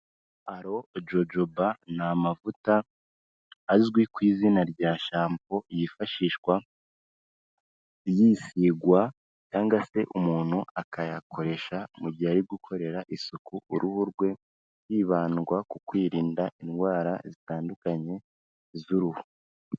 Alo Jojoba ni amavuta azwi ku izina rya shampo yifashishwa yisigwa cyangwa se umuntu akayakoresha mu gihe ari gukorera isuku uruhu rwe, hibandwa ku kwirinda indwara zitandukanye z'uruhu.